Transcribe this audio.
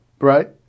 right